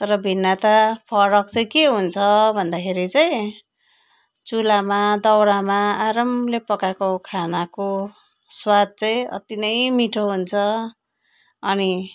तर भिन्नता फरक चाहिँ के हुन्छ भन्दाखेरि चाहिँ चुलामा दाउरामा आरामले पकाएको खानाको स्वाद चाहिँ अति नै मिठो हुन्छ अनि